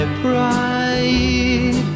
pride